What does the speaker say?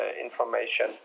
information